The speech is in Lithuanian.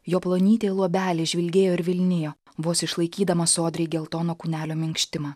jo plonytė luobelė žvilgėjo ir vilnijo vos išlaikydamas sodriai geltono kūnelio minkštimą